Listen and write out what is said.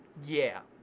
yeah.